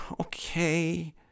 okay